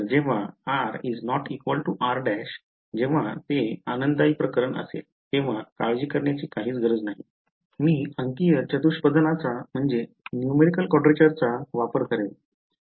तर जेव्हा r is not equal to r′जेव्हा ते आनंददायी प्रकरण असेल तेव्हा काळजी करण्याची काहीच गरज नाही की मी फक्त अंकीय चतुष्पादणाचा चा वापर करेल